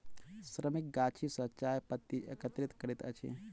श्रमिक गाछी सॅ चाय पत्ती एकत्रित करैत अछि